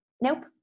Nope